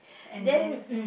and then